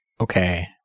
Okay